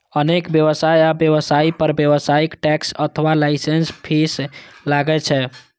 अनेक व्यवसाय आ व्यवसायी पर व्यावसायिक टैक्स अथवा लाइसेंस फीस लागै छै